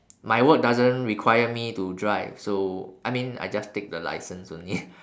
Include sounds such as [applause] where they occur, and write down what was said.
my work doesn't require me to drive so I mean I just take the license only [laughs]